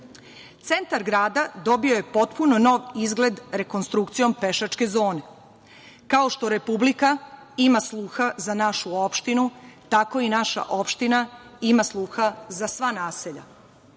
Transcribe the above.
Centar grada dobio je potpuno novi izgled rekonstrukcijom pešačke zone. Kao što Republika ima sluha za našu opštinu tako i naša opština ima sluha za sva naselja.